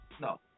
No